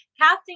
casting